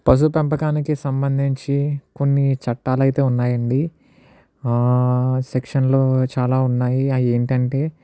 పశు పెంపకానికి సంబంధించి కొన్ని చట్టాలు అయితే ఉన్నాయి అండి సెక్షన్లు చాలా ఉన్నాయి అవి ఏంటంటే